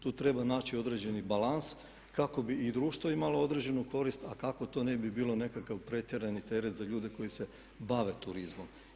Tu treba naći određeni balans kako bi i društvo imalo određenu korist a kako to ne bi bilo nekakav pretjerani teret za ljude koji se bave turizmom.